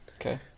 Okay